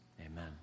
Amen